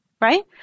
right